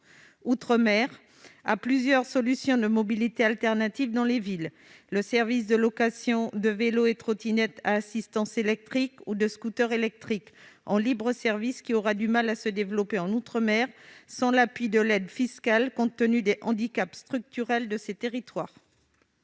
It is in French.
qui en sont aujourd'hui exclues, et plus précisément au service de location de vélos et de trottinettes à assistance électrique ou de scooters électriques en libre-service, qui aura du mal à se développer en outre-mer sans l'appui de l'aide fiscale, compte tenu des handicaps structurels de ces territoires.